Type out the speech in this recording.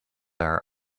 are